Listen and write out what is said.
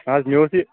نہٕ حظ مےٚ اوس یہِ